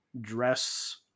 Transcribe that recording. dress